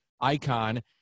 icon